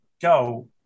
go